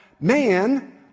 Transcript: man